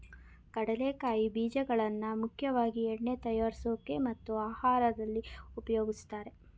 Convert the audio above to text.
ಕಡಲೆಕಾಯಿ ಬೀಜಗಳನ್ನಾ ಮುಖ್ಯವಾಗಿ ಎಣ್ಣೆ ತಯಾರ್ಸೋಕೆ ಮತ್ತು ಆಹಾರ್ದಲ್ಲಿ ಉಪಯೋಗಿಸ್ತಾರೆ